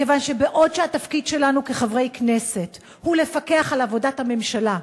מכיוון שבעוד התפקיד שלנו כחברי כנסת הוא לפקח על עבודת הממשלה,